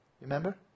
remember